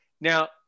now